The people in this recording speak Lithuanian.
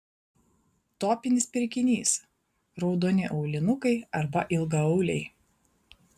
topinis pirkinys raudoni aulinukai arba ilgaauliai